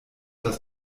das